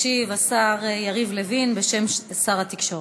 ישיב השר יריב לוין בשם שר התקשורת.